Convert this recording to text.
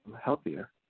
healthier